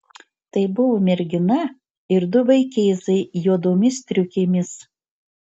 tai buvo mergina ir du vaikėzai juodomis striukėmis